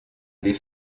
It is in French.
des